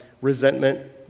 Resentment